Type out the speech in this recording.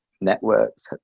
networks